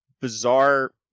bizarre